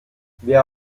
wer